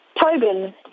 Tobin